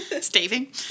Staving